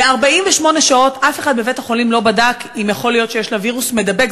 48 שעות אף אחד בבית-החולים לא בדק אם יכול להיות שיש לה וירוס מידבק.